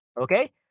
Okay